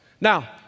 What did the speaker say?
Now